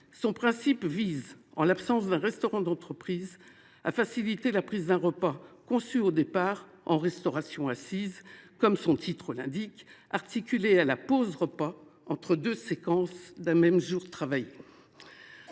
son principe consiste, en l’absence d’un restaurant d’entreprise, à faciliter la prise d’un repas, en théorie en restauration assise, comme son nom l’indique, lors de la pause entre deux séquences d’un même jour travaillé.